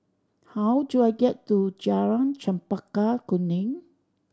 how do I get to Jalan Chempaka Kuning